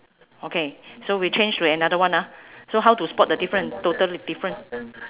okay so we change to another one ah so how to spot the different totally different